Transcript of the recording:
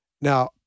now